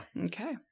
Okay